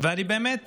ואני באמת